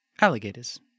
alligators